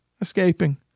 escaping